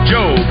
Joe